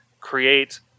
create